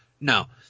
No